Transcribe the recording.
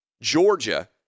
Georgia